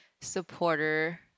supporter